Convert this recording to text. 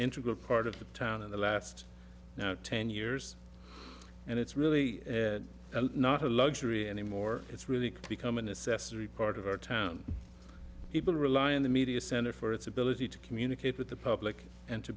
integral part of the town in the last ten years and it's really not a luxury anymore it's really become a necessity part of our town people rely on the media center for its ability to communicate with the public and to